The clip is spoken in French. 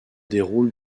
déroule